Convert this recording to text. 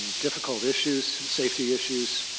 difficult issues, safety issues,